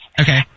Okay